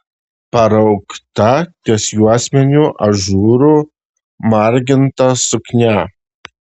paraukta ties juosmeniu ažūru marginta suknia